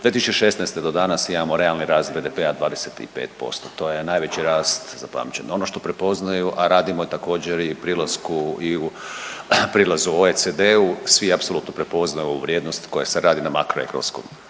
2016. do danas imamo realni rast BDP-a 25%, to je najveći rast zapamćen. Ono što prepoznaju, a radimo također i prilasku i u prilazu EOCD-u, svi apsolutno prepoznaju vrijednost koja se radi na makroekonomskom